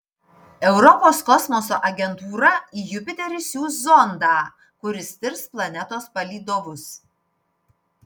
europos kosmoso agentūra į jupiterį siųs zondą kuris tirs planetos palydovus